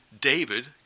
David